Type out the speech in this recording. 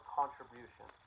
contribution